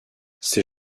ses